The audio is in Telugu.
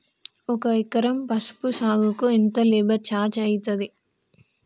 ఒక ఎకరం పసుపు సాగుకు ఎంత లేబర్ ఛార్జ్ అయితది?